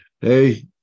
hey